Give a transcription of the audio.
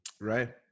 Right